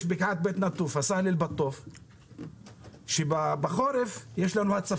יש בקעת בית נטוף בה יש בחורף הצפות